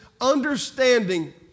understanding